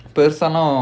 பேசாம:pesaama